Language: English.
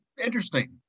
interesting